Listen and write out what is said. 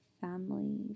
family